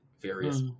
various